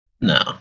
No